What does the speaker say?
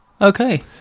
Okay